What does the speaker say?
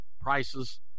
prices